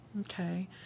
Okay